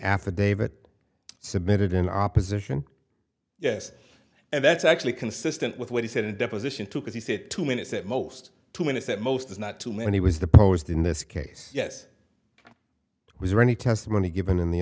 affidavit submitted in opposition yes and that's actually consistent with what he said in a deposition two because he said two minutes at most two minutes at most is not too many was the posed in this case yes was there any testimony given in the